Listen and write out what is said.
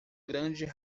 grande